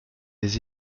des